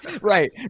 Right